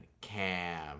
Cam